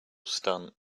stunt